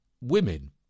women